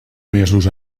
mesos